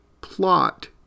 plot